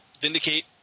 Vindicate